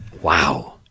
Wow